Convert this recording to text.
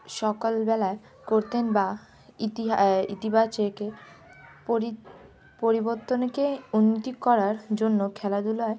সকালবেলায় করতেন বা ইতিহা ইতিবাচকে পরি পরিবর্তনকে উন্নতি করার জন্য খেলাধুলায়